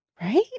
Right